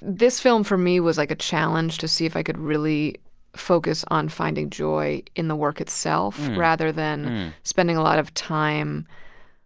this film, for me was like a challenge to see if i could really focus on finding joy in the work itself rather than spending a lot of time